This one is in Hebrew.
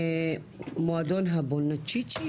מועדון הבנצ'יצ'י